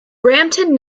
brampton